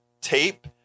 tape